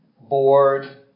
bored